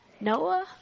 Noah